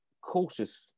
cautious